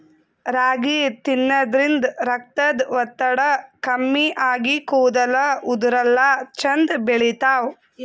ರಾಗಿ ತಿನ್ನದ್ರಿನ್ದ ರಕ್ತದ್ ಒತ್ತಡ ಕಮ್ಮಿ ಆಗಿ ಕೂದಲ ಉದರಲ್ಲಾ ಛಂದ್ ಬೆಳಿತಾವ್